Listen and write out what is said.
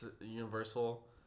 Universal